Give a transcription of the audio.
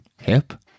hip